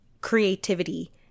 creativity